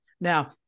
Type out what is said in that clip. Now